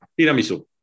Tiramisu